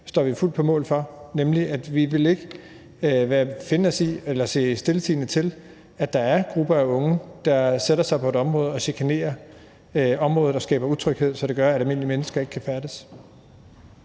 står vi fuldt på mål for, nemlig at vi ikke vil finde os i eller se stiltiende til, at der er grupper af unge, der sætter sig på et område og chikanerer og skaber utryghed, som gør, at almindelige mennesker ikke kan færdes